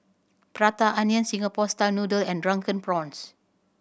Prata Onion Singapore style noodle and Drunken Prawns